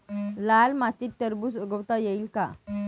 लाल मातीत टरबूज उगवता येईल का?